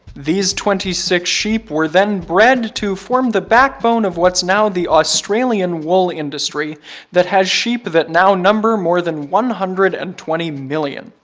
these twenty six sheep were then bred to form the backbone of what's now the australian wool industry that has sheep that now number more than one hundred and twenty million.